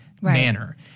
manner